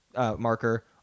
marker